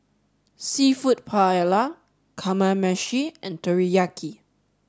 seafood Paella Kamameshi and Teriyaki